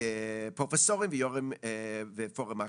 פרופסורים ופורום האקלים.